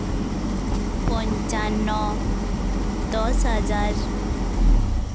ᱯᱚᱧᱪᱟᱱᱱᱚ ᱫᱚᱥ ᱦᱟᱡᱟᱨ